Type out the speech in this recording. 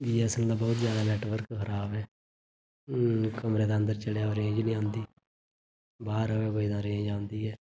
BSNL दा बहुत जैदा नैट्टवर्क खराब ऐ कमरे दे अंदर चलेआ रेंज नेईं औंदी बाह्र होऐ कोई ते रेंज औंदी ऐ